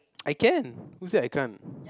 I can who said I can't